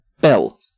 bell